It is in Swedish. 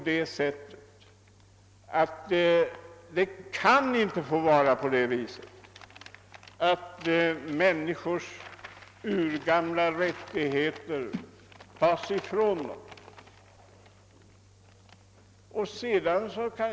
Det kan inte få vara på det viset att människors urgamla rättigheter tas ifrån dem.